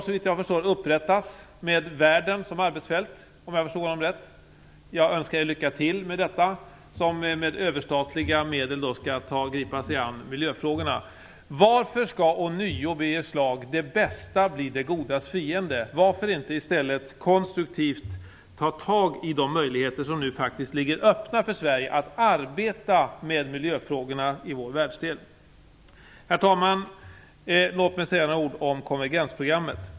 En domstol skall upprättas med världen som arbetsfält, om jag förstod honom rätt. Jag önskar er lycka till med detta, som med överstatliga medel skall gripa sig an miljöfrågorna. Varför skall ånyo, Birger Schlaug, det bästa bli det godas fiende? Varför inte i stället konstruktivt ta tag i de möjligheter som nu ligger öppna för Sverige att arbeta med miljöfrågorna i vår världsdel? Herr talman! Låt mig säga några ord om konvergensprogrammet.